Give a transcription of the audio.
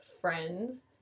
friends